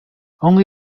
only